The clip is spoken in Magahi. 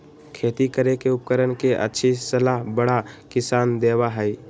खेती करे के उपकरण के अच्छी सलाह बड़ा किसान देबा हई